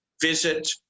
visit